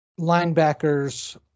linebackers